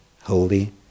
Holy